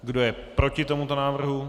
Kdo je proti tomuto návrhu?